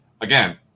again